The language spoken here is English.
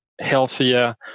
healthier